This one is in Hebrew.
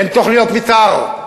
אין תוכניות מיתאר,